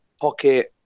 pocket